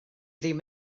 ddim